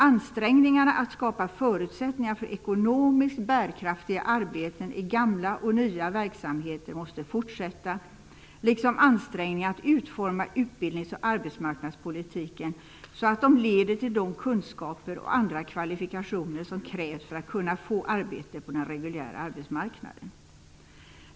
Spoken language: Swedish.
Ansträngningarna att skapa förutsättningar för ekonomiskt bärkraftiga arbeten i gamla och nya verksamheter måste fortsätta, liksom ansträngningarna att utforma utbildnings och arbetsmarknadspolitiken så att de leder till de kunskaper och andra kvalifikationer som krävs för att man skall kunna få arbete på den reguljära arbetsmarknaden.